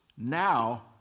Now